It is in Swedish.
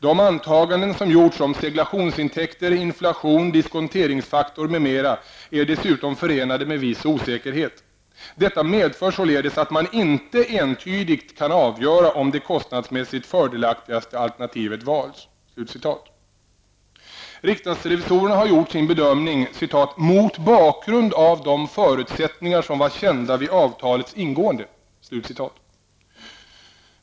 De antaganden som gjorts om seglationsintäkter, inflation, diskonteringsfaktor m.m. är dessutom förenade med viss osäkerhet. Detta medför således att man inte entydigt kan avgöra om det kostnadsmässigt fördelaktigaste alternativet valts.'' Riksdagsrevisorerna har gjort sin bedömning ''mot bakgrund av de förutsättningar som var kända vid avtalets ingående''.